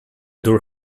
door